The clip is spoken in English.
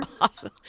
awesome